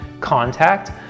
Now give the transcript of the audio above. contact